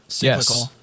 Yes